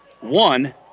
one